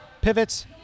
pivots